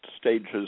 stages